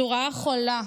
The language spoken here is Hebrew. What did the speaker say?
זו רעה חולה,